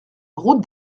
route